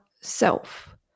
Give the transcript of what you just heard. self